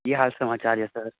की हाल समाचार अइ सर